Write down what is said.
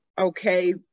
Okay